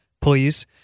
please